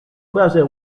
browser